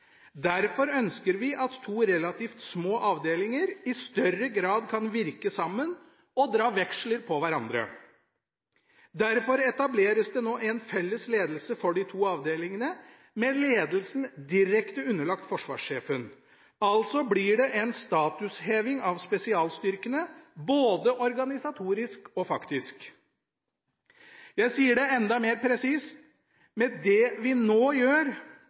Derfor ønsker vi at to relativt små avdelinger i større grad kan virke sammen – og dra veksler på hverandre. Derfor etableres det nå en felles ledelse for de to avdelingene – med ledelsen direkte underlagt forsvarsjefen. Altså blir det en statusheving av spesialstyrkene både organisatorisk og faktisk. Jeg sier det enda mer presist: Med det vi nå gjør,